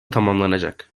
tamamlanacak